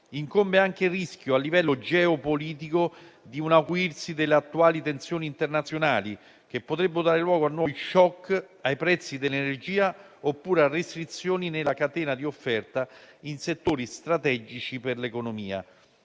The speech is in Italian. Incombe anche il rischio, a livello geopolitico, di un acuirsi delle attuali tensioni internazionali, che potrebbero dare luogo a nuovi *shock* ai prezzi dell'energia oppure a restrizioni nella catena di offerta in settori strategici per l'economia.